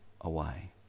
away